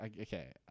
Okay